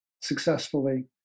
successfully